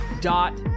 dot